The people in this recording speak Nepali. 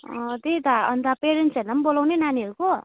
अँ त्यही त अन्त पेरेन्टस्हरूलाई पनि बोलाउने नानीहरूको